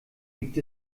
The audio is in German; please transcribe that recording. gibt